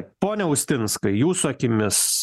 pone austinskai jūsų akimis